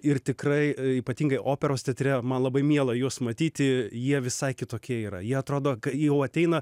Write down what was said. ir tikrai ypatingai operos teatre man labai miela juos matyti jie visai kitokie yra jie atrodo jau ateina